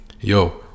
Yo